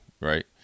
right